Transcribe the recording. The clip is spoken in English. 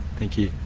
thank you.